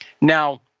Now